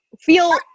feel